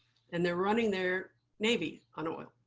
and they're running their navy on oil.